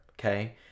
okay